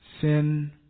Sin